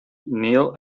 kneel